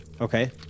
Okay